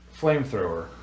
flamethrower